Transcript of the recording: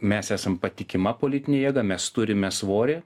mes esam patikima politinė jėga mes turime svorį